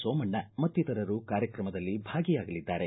ಸೋಮಣ್ಣ ಮತ್ತಿತರರು ಕಾರ್ಯಕ್ರಮದಲ್ಲಿ ಭಾಗಿಯಾಗಲಿದ್ದಾರೆ